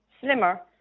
slimmer